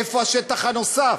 איפה השטח הנוסף?